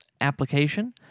application